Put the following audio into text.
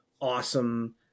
awesome